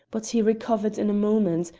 but he recovered in a moment,